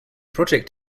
project